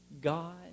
God